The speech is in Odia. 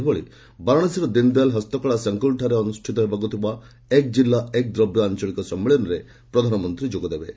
ସେହିଭଳି ବାରାଣାସୀର ଦୀନ୍ଦୟାଲ୍ ହସ୍ତକଳା ସଙ୍କୁଲ୍ଠାରେ ଅନୁଷ୍ଠିତ ହେବାକୁ ଥିବା 'ଏକ ଜିଲ୍ଲା ଏକ ଦ୍ୱବ୍ୟ' ଆଞ୍ଚଳିକ ସମ୍ମିଳନୀରେ ପ୍ରଧାନମନ୍ତ୍ରୀ ଯୋଗ ଦେବେ